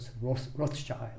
Rothschild